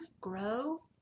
grow